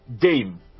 game